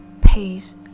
pace